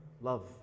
love